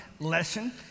lesson